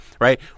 right